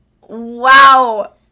Wow